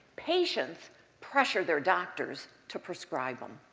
patients pressure their doctors to prescribe them.